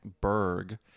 Berg